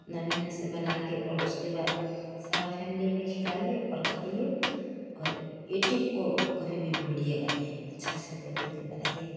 उतना मेहनत से बनाके और उसके बाद सारा फैमिली में खिलाइए और खाइए और यूटूब को कभी भी भूलिएगा नहीं क्योंकि अच्छा से देख देख के बनाइए